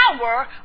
power